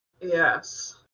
Yes